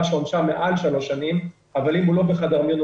שעונשה מעל שלוש שנים אבל אם הוא לא בחדר מיון,